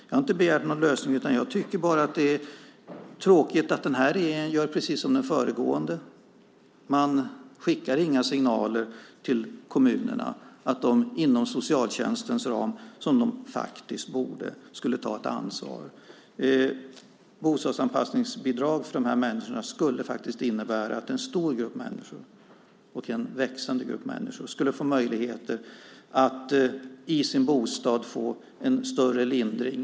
Jag har inte begärt någon lösning. Jag tycker bara att det är tråkigt att den här regeringen agerar precis som föregående regering. Man skickar inga signaler till kommunerna om att dessa inom socialtjänstens ram ska, som de faktiskt borde, ta ett ansvar. Bostadsanpassningsbidrag för de här människorna skulle innebära att en stor och en växande grupp av människor skulle få möjlighet att i sin bostad få en större lindring.